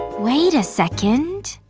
wait a second,